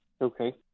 Okay